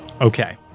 Okay